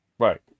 Right